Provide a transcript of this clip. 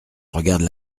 regarde